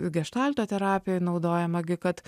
geštalto terapijoj naudojama gi kad